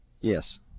Yes